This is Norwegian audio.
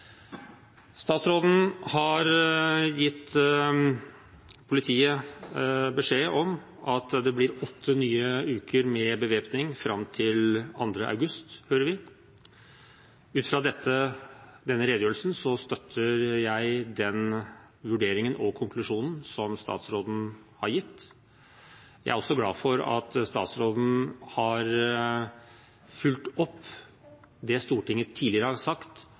statsråden har gitt politiet beskjed om at det blir åtte nye uker med bevæpning fram til 2. august. Ut fra denne redegjørelsen støtter jeg den vurderingen og konklusjonen som statsråden har gitt. Jeg er glad for at statsråden har fulgt opp det Stortinget tidligere har sagt,